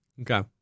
Okay